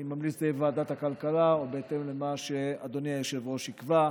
אני ממליץ לוועדת הכלכלה או בהתאם למה שאדוני היושב-ראש יקבע.